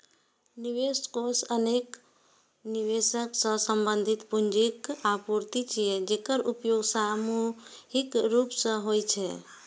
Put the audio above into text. निवेश कोष अनेक निवेशक सं संबंधित पूंजीक आपूर्ति छियै, जेकर उपयोग सामूहिक रूप सं होइ छै